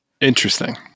Interesting